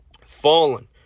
fallen